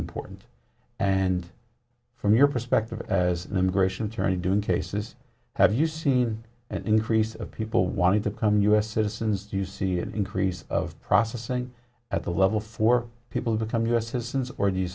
important and from your perspective as an immigration attorney doing cases have you seen an increase of people wanting to come u s citizens do you see an increase of processing at the level for people who become u s citizens or do you